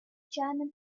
german